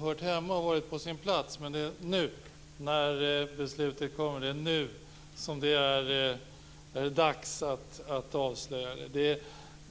hört hemma och varit på sin plats. Men det är nu, när beslutet kommer, som det är dags att avslöja detta!